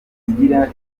igira